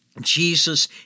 Jesus